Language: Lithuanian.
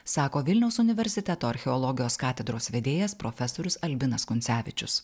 sako vilniaus universiteto archeologijos katedros vedėjas profesorius albinas kuncevičius